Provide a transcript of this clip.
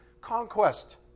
conquest